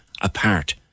apart